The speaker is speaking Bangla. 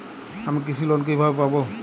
আমি কৃষি লোন কিভাবে পাবো?